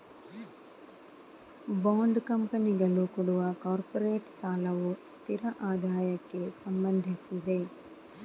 bond ಕಂಪನಿಗಳು ಕೊಡುವ corporate ಸಾಲವು ಸ್ಥಿರ ಆದಾಯಕ್ಕೆ ಸಂಬಂಧಿಸಿದೆ